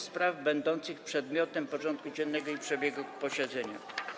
spraw będących przedmiotem porządku dziennego i przebiegu posiedzenia”